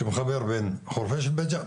שהוא מחבר בין חורפיש לבית ג'ן.